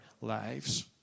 lives